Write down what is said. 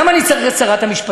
למה אני צריך את שרת המשפטים?